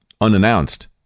unannounced